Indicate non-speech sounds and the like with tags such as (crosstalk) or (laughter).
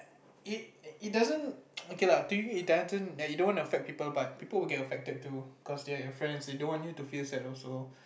it it doesn't (noise) okay lah to you it doesn't like you don't want to affect people but people will get affected too cause are your friends they don't want you to feel sad also